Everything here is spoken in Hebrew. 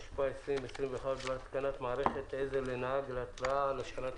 י"ב באדר התשפ"א,